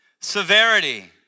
severity